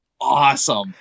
Awesome